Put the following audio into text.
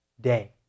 day